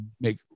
make